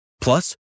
Plus